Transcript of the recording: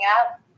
up